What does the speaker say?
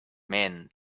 man